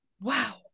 Wow